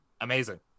amazing